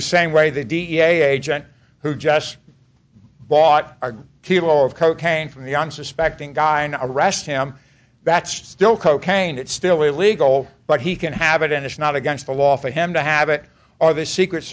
the same way the da gent who just bought a kilo of cocaine from the unsuspecting guy and arrest him that's still cocaine it's still illegal but he can have it and it's not against the law for him to have it or the secret